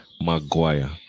Maguire